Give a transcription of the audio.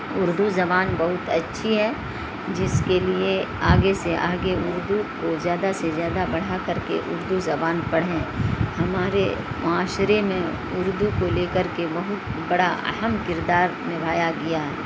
اردو زبان بہت اچھی ہے جس کے لیے آگے سے آگے اردو کو زیادہ سے زیادہ بڑھا کر کے اردو زبان پڑھیں ہمارے معاشرے میں اردو کو لے کر کے بہت بڑا اہم کردار نبھایا گیا